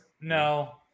no